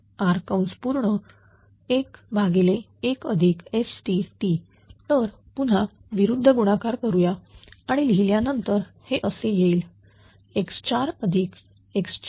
x411STt तर पुन्हा विरुद्ध गुणाकार करूया आणि लिहिल्यानंतर हे असे येईल x4 x4